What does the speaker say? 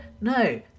No